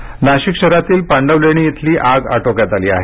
आग नाशिक शहरातील पांडवलेणी येथील आग आटोक्यात आली आहे